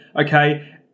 okay